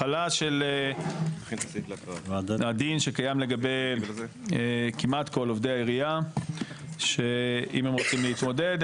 החלת הדין שקיים לגבי כמעט כל עובדי העירייה שאם הם רוצים להתמודד,